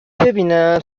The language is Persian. ببینن